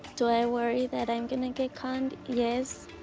do i worry that i'm gonna get conned? yes,